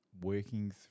working